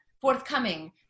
forthcoming